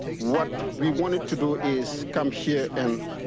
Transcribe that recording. what we wanted to do is come here and,